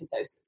ketosis